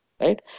right